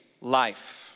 life